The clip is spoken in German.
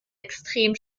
extrem